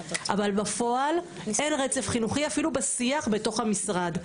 אבל בפועל אין רצף חינוכי אפילו בשיח בתוך המשרד,